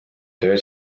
töö